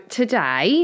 today